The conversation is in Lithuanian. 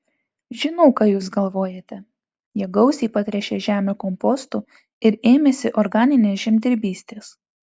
žinau ką jūs galvojate jie gausiai patręšė žemę kompostu ir ėmėsi organinės žemdirbystės